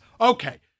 Okay